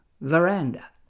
veranda